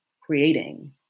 creating